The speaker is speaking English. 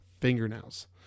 fingernails